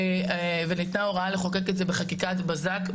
וניתנה הוראה לחוקק את זה בחקיקת בזק.